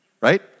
right